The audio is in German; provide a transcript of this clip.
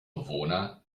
bewohner